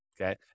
okay